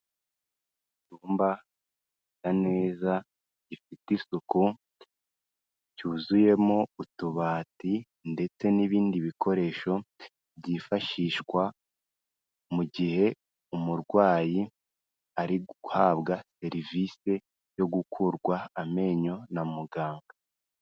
Icyumba gisa neza, gifite isuku, cyuzuyemo utubati ndetse n'ibindi bikoresho byifashishwa mu gihe umurwayi ari guhabwa serivise yo gukurwa amenyo na muganga.